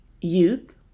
youth